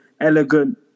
elegant